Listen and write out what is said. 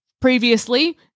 previously